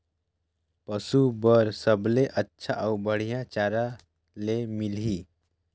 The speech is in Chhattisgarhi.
पशु बार सबले अच्छा अउ बढ़िया चारा ले मिलही?